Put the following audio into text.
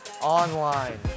online